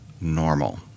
normal